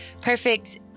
perfect